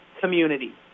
community